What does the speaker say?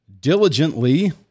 diligently